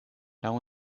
laŭ